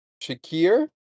Shakir